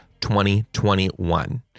2021